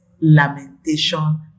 lamentation